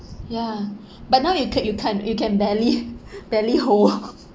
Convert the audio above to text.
ya but now you can you can't you can barely barely hold